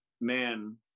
man